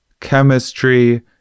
chemistry